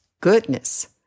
goodness